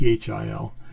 PHIL